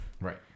Right